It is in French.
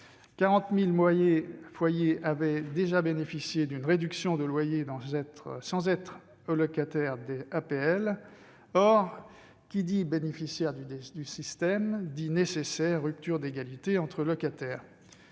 40 000 foyers avaient déjà bénéficié d'une réduction de loyer sans être allocataires des APL. Or, qui dit bénéficiaires du système, dit nécessairement rupture d'égalité entre locataires.